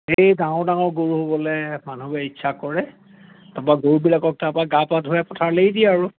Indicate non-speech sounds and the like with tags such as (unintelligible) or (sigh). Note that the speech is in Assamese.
এই ডাঙৰ ডাঙৰ গৰু হ'বলে (unintelligible) কৰে তাৰপা গৰুবিলাকক তাৰপা গা পা ধুৱাই পথাৰলে এৰি দিয়ে আৰু